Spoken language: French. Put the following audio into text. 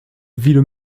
ville